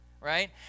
Right